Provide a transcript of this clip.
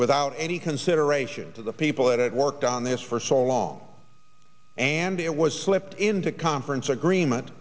without any consideration to the people that it worked on this for so long and it was slipped into conference agreement